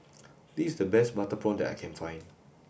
this the best butter prawn that I can find